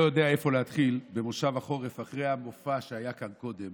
לא יודע איפה להתחיל במושב החורף אחרי המופע שהיה כאן קודם